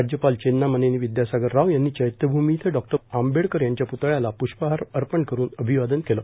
राज्यपाल चेन्नामनेनी विद्यासागर राव यांनी चैत्यभ्मी इथं डॉ आंबेडकर यांच्या प्तळयाला प्ष्पहार अर्पण करून अभिवादन केलं